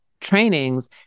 trainings